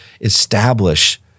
establish